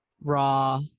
Raw